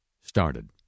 started